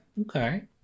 Okay